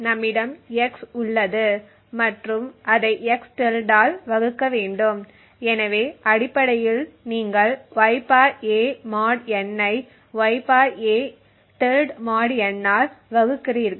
நம்மிடம் x உள்ளது மற்றும் அதை xஆல் வகுக்க வேண்டும் எனவே அடிப்படையில் நீங்கள் y a mod n ஐ y a mod n ஆல் வகுக்கிறீர்கள்